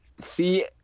See